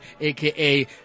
aka